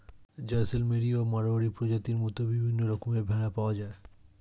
জয়সলমেরি ও মাড়োয়ারি প্রজাতির মত বিভিন্ন রকমের ভেড়া পাওয়া যায়